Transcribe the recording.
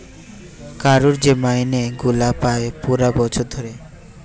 কারুর যে মাইনে গুলা পায় পুরা বছর ধরে